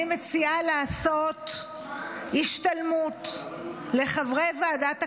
אני מציעה לעשות השתלמות לחברי ועדת הכספים,